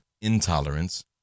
intolerance